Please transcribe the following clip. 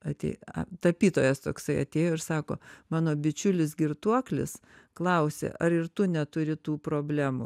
atė tapytojas toksai atėjo ir sako mano bičiulis girtuoklis klausė ar ir tu neturi tų problemų